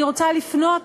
אני רוצה לפנות